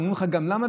הם אומרים לך גם למה,